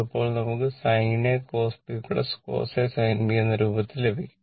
അപ്പോൾ നമുക്ക് sin a cos b cos a sin b എന്ന രൂപത്തിൽ ലഭിക്കും